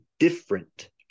different